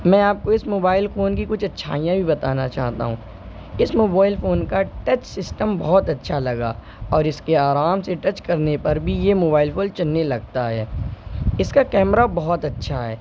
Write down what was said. میں آپ کو اس موبائل فون کی کچھ اچھائیاں بھی بتانا چاہتا ہوں اس موبائل فون کا ٹچ سسٹم بہت اچھا لگا اور اس کے آرام سے ٹچ کرنے پر بھی یہ موبائل فون چلنے لگتا ہے اس کا کیمرہ بہت اچھا ہے